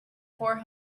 four